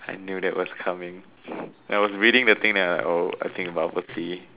I knew that was coming I was reading the thing then like oh I think bubble tea